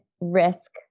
risk